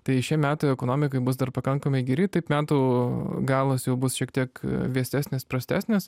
tai šie metai ekonomikai bus dar pakankamai geri taip metų galas jau bus šiek tiek vėsesnis prastesnis